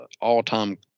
all-time